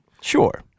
Sure